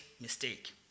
mistake